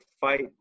fight